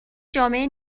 جامعه